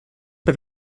per